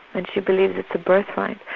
and she believes it's her birthright.